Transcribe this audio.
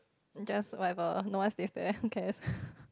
just whatever no one is there no care